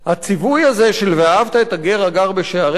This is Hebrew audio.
הציווי הזה של ואהבת את הגר הגר בשעריך,